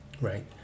right